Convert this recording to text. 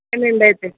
సరేండి అయితే